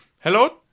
Hello